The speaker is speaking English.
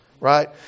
right